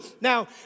Now